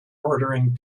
ordering